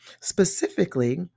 Specifically